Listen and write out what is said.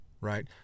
right